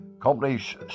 companies